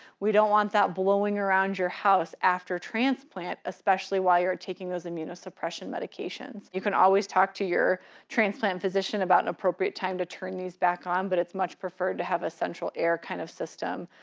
we don't want that blowing around your house after transplant, especially while you're taking those immunosuppression medications. you can always talk to your transplant physician about an appropriate time to turn these back on, but it's much preferred to have a central air kind of system,